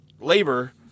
labor